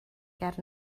ger